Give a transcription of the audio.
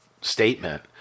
statement